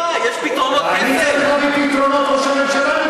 לא, אני שואל אותך, יש פתרונות קסם?